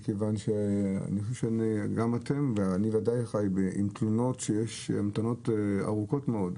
מכיוון שיש תלונות על המתנות ארוכות מאוד.